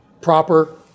proper